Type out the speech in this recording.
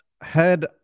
Head